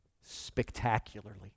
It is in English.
spectacularly